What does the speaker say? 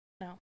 no